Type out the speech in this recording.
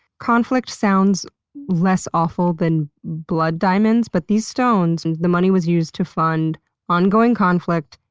conflict sounds less awful than blood diamonds, but these stones, and the money was used to fund ongoing conflict,